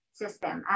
system